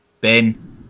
Ben